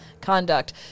conduct